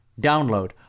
Download